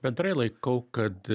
bendrai laikau kad